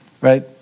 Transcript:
right